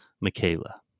Michaela